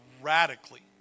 radically